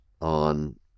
on